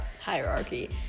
hierarchy